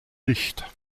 licht